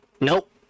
Nope